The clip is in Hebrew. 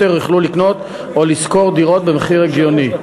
יוכלו לקנות את לשכור דירות במחיר הגיוני.